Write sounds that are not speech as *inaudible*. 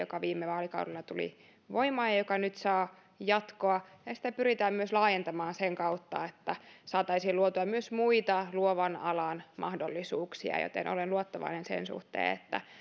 *unintelligible* joka viime vaalikaudella tuli voimaan ja joka nyt saa jatkoa ja ja sitä pyritään myös laajentamaan sen kautta että saataisiin luotua myös muita luovan alan mahdollisuuksia joten olen luottavainen sen suhteen että